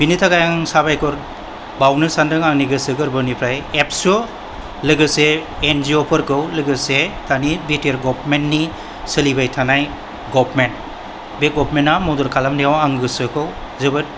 बिनि थाखाय आं साबायखर बावनो सानदों आंनि गोसो गोरबोनिफ्राय एबसु लोगोसे एन जि अफोरखौ लोगोसे दानि बि टि आर गवार्नमेन्टनि सोलिबाय थानाय गवार्नमेन्ट बे गवार्नमेन्टा मदद खालामनायाव आं गोसोखौ जोबोद